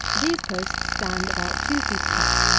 these posts stand about two feet apart,